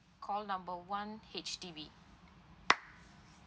call number one H_D_B